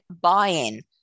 buy-in